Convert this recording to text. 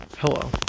Hello